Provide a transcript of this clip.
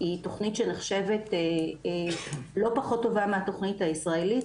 היא תכנית שנחשבת לא פחות טובה מהתכנית הישראלית,